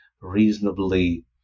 reasonably